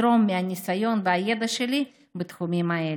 אני בטוחה שאתרום מהניסיון והידע שלי בתחומים האלה.